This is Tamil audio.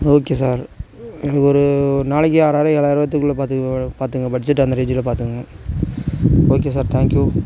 ஓகே சார் எனக்கு ஒரு ஒரு நாளைக்கு ஆறாயிரம் ஏழாயிரத்துக்குள்ள பார்த்துக்குங்க பார்த்துக்குங்க பட்ஜெட் அந்த ரேஞ்சில் பார்த்துங்க ஓகே சார் தேங்க் யூ